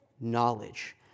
knowledge